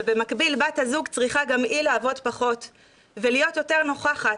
ובמקביל בת הזוג צריכה גם היא לעבוד פחות ולהיות יותר נוכחת,